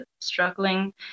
struggling